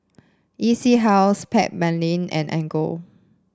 E C House Backpedic and Anchor